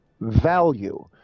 value